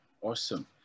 awesome